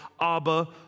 Abba